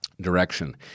direction